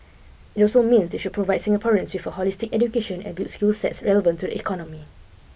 it also means they should provide Singaporeans with a holistic education and build skill sets relevant to the economy